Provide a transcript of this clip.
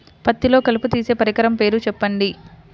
పత్తిలో కలుపు తీసే పరికరము పేరు చెప్పండి